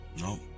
No